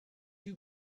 you